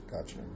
Gotcha